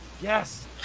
Yes